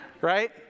right